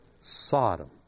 Sodom